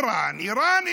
איראן, איראן.